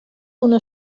una